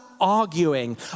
arguing